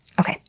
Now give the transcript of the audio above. okay,